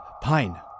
Pine